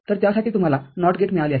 तर त्यासाठी तुम्हाला NOT गेटमिळाले आहे